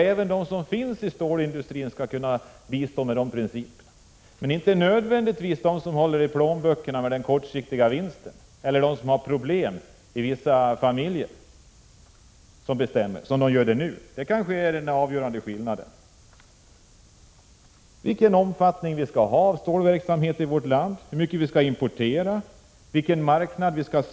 Även de som är verksamma inom stålindustrin skall kunna medverka till att ta fram dessa principer. Det behöver inte nödvändigtvis vara de som håller i plånböckerna och tänker på den kortsiktiga vinsten. Det behöver heller inte vara vissa familjer som har problem och som brukar bestämma. Detta är kanske den avgörande skillnaden. Vad frågan gäller är vilken omfattning stålverksamheten i vårt land skall "ha, hur mycket vi skall importera och vilken marknad vi skall ha.